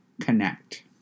connect